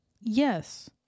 Yes